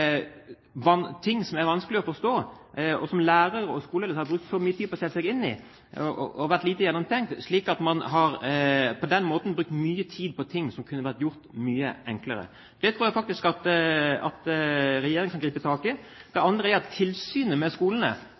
vanskelig å forstå, og som lærere og skoleledelse har brukt mye tid på å sette seg inn i, slik at man har brukt mye tid på ting som kunne vært gjort mye enklere. Det tror jeg faktisk regjeringen skal gripe tak i. Det andre er at tilsynet med skolene